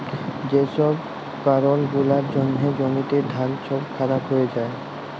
যে ছব কারল গুলার জ্যনহে জ্যমিতে ধাল ছব খারাপ হঁয়ে যায়